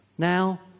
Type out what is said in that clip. Now